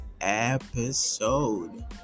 episode